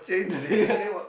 uh yeah then what